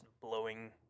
blowing